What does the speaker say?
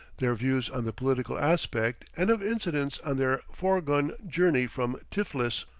their views on the political aspect, and of incidents on their fourgon journey from tiflis.